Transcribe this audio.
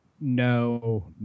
No